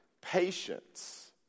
patience